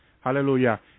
hallelujah